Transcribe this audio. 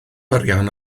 arian